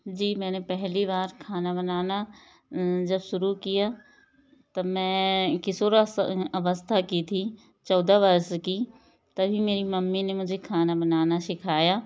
जी मैंने पहली बार खाना बनाना जब शुरू किया तब मैं किशोरा अवस्था की थी चौदह वर्ष की तभी मेरी मम्मी ने मुझे खाना बनाना सिखाया